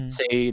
say